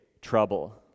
trouble